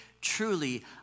truly